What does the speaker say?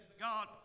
God